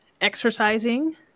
exercising